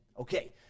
okay